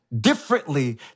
differently